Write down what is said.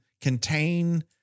contain